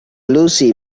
lucy